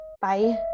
bye